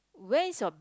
where is your